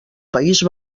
país